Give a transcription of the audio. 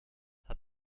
hat